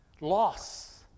loss